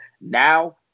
Now